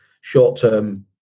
short-term